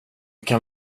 kan